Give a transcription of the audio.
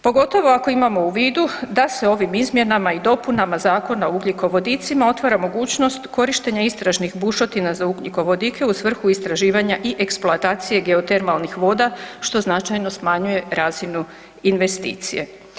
Pogotovo ako imamo u vidu da se ovim izmjenama i dopunama Zakona o ugljikovodicima otvara mogućnost korištenja istražnih bušotina za ugljikovodike u svrhu istraživanja i eksploatacije geotermalnih voda što značajno smanjuje razinu investicije.